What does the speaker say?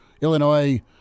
Illinois